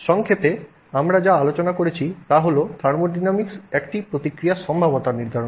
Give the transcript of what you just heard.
সংক্ষেপে আমরা যা আলোচনা করেছি তা হল থার্মোডিনামিক্স একটি প্রতিক্রিয়ার সম্ভাব্যতা নির্ধারণ করে